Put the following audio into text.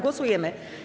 Głosujemy.